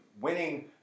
winning